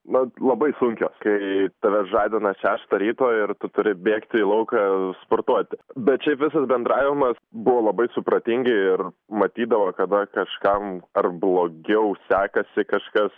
na labai sunkios kai tave žadina šeštą ryto ir tu turi bėgti į lauką sportuoti bet šiaip visas bendravimas buvo labai supratingi ir matydavo kada kažkam ar blogiau sekasi kažkas